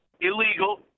illegal